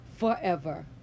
forever